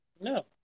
no